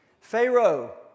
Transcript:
Pharaoh